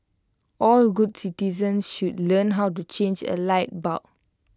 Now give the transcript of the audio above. all good citizens should learn how to change A light bulb